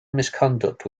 misconduct